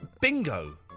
bingo